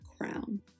Crown